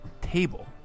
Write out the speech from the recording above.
table